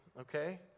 okay